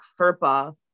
FERPA